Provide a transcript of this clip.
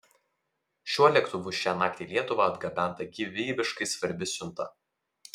šiuo lėktuvu šiąnakt į lietuvą atgabenta gyvybiškai svarbi siunta